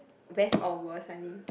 best or worst I mean